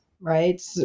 right